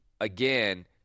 again